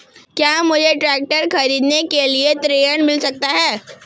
क्या मुझे ट्रैक्टर खरीदने के लिए ऋण मिल सकता है?